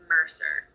Mercer